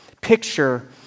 picture